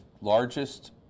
largest